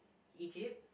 Egypt